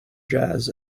jazz